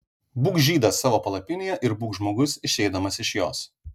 būk žydas savo palapinėje ir būk žmogus išeidamas iš jos